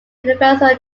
universal